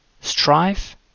strife